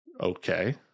Okay